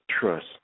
trust